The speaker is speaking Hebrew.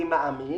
אני מאמין